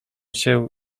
się